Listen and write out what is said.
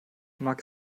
mag